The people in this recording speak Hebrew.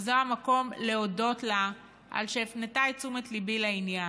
וזה המקום להודות לה על שהפנתה את תשומת ליבי לעניין.